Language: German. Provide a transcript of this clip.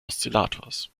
oszillators